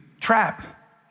trap